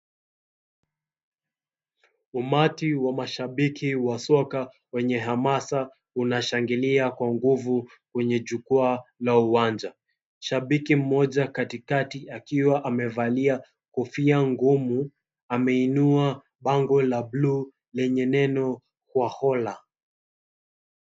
Umati wa mashabiki wa soka wenye hamasa unashangilia kwa nguvu kwenye jukwaa la uwanja. Shabiki mmoja katikati akiwa amevalia kofia ngumu, ameinua bango la blue lenye neno "KHWAKHOLA".